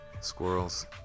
squirrels